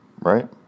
right